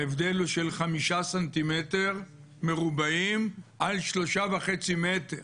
ההבדל הוא של חמישה סנטימטר מרובעים על שלושה וחצי מטר,